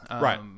Right